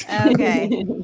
okay